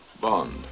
bond